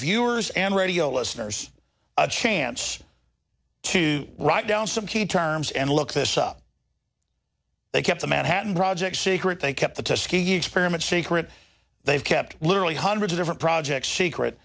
viewers and radio listeners a chance to write down some key terms and look this up they kept the manhattan project secret they kept the tuskegee experiment secret they've kept literally hundreds of different projects secret